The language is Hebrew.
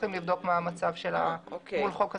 צריכים לבדוק מה המצב שלה מול חוק השקיות.